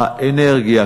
האנרגיה,